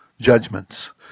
judgments